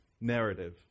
narrative